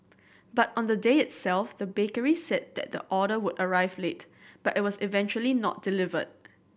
but on the day itself the bakery said that the order would arrive late but it was eventually not delivered